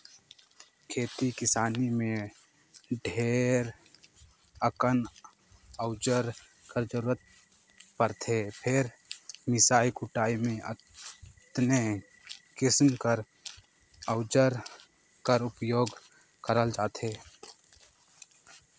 खेती किसानी मे ढेरे अकन अउजार कर जरूरत परथे फेर मिसई कुटई मे अन्ते किसिम कर अउजार कर उपियोग करल जाथे